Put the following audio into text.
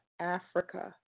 Africa